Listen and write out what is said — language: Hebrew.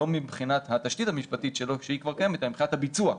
לא מבחינת התשתית המשפטית שלו שהיא כבר קיימת אלא מבחינת הביצוע.